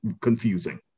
confusing